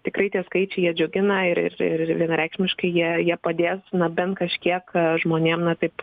tikrai tie skaičiai jie džiugina ir ir ir vienareikšmiškai jei jie padės na bent kažkiek žmonėm na taip